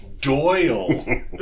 Doyle